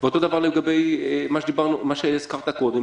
אותו דבר לגבי מה שהזכרת קודם,